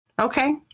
Okay